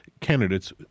candidates